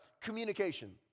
Communication